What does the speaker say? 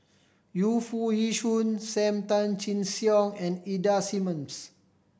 Yu Foo Yee Shoon Sam Tan Chin Siong and Ida Simmons